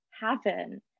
happen